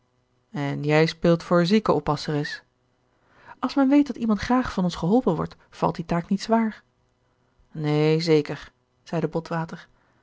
en jij speelt voor zieke oppasseres als men weet dat iemand graag van ons geholpen wordt valt die taak niet zwaar neen zeker zeide botwater